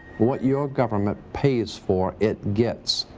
what your government pays for it gets.